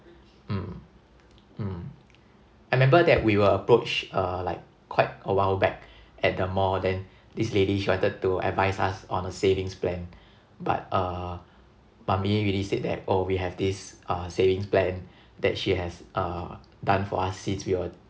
mm mm I remember that we were approached uh like quite a while back at the mall then this lady she wanted to advise us on a savings plan but uh mummy really said that oh we have this uh savings plan that she has uh done for us since we were